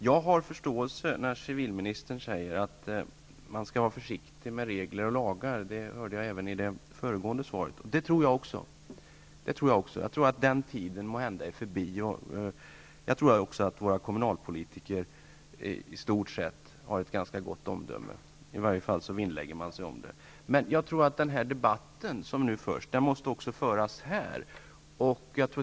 Jag har förståelse när civilministern säger att man skall vara försiktig med regler och lagar. Det framkom även i det föregående svaret. Det är även min uppfattning. Jag tror också att våra kommunalpolitiker i stort sett har ett ganska gott omdöme -- i varje fall så vinnlägger man sig om det. Den debatt som förs måste också föras här.